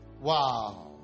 wow